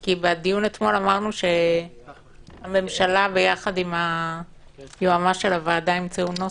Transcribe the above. כי בדיון אתמול אמרנו שהממשלה ביחד עם היועמ"ש של הוועדה ימצאו נוסח.